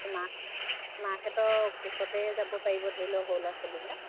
মাহ মাকহেঁতৰ কোচতেই যাব পাৰিব ধৰি লওক সৰু ল'ৰা ছোৱালবিলাক